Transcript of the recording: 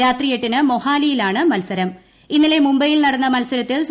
രാത്രി എട്ടിന് മൊഹാലിയിലാണ് ഇന്നലെ മുംബൈയിൽ നടന്ന മത്സരത്തിൽ മത്സരം